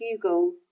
Google